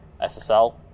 SSL